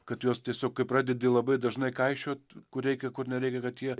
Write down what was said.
kad juos tiesiog kai pradedi labai dažnai kaišiot kur reikia kur nereikia kad jie